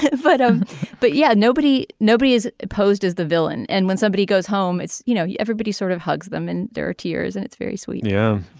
and but um but yeah. nobody nobody is opposed as the villain. and when somebody goes home it's you know everybody sort of hugs them and their tears and it's very sweet know